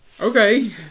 okay